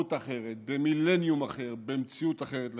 בתרבות אחרת, במילניום אחר, במציאות אחרת לחלוטין.